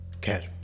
Care